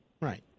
Right